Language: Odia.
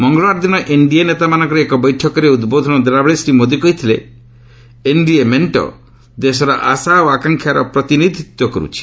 ମଙ୍ଗଳବାର ଦିନ ଏନ୍ଡିଏ ନେତାମାନଙ୍କର ଏକ ବୈଠକରେ ଉଦ୍ବୋଧନ ଦେଲାବେଳେ ଶ୍ରୀ ମୋଦି କହିଥିଲେ ଏନ୍ଡିଏ ମେଣ୍ଟ ଦେଶର ଆଶା ଓ ଆକାଂକ୍ଷାର ପ୍ରତିନିଧିତ୍ୱ କରୁଛି